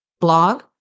Blog